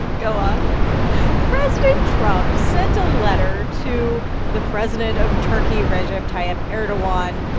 go on president trump sent a letter to the president of turkey, recep tayyip erdogan.